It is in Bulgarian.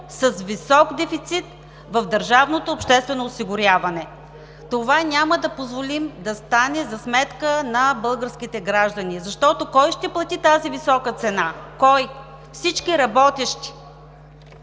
с висок дефицит в държавното обществено осигуряване. (Шум и реплики.) Това няма да позволим да стане за сметка на българските граждани – защото кой ще плати тази висока цена, кой? Всички работещи.